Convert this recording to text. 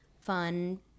fun